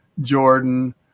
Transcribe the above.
Jordan